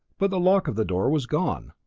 but the lock of the door was gone,